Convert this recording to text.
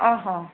ଅ ହ